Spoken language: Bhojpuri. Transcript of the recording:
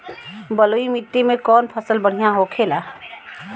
बलुई मिट्टी में कौन फसल बढ़ियां होखे ला?